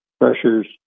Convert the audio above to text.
pressures